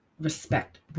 respect